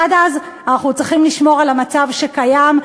עד אז אנחנו צריכים לשמור על המצב שקיים,